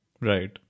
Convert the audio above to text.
Right